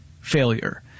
failure